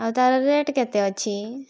ଆଉ ତା'ର ରେଟ୍ କେତେ ଅଛି